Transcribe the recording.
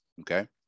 okay